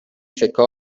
سکه